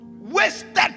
Wasted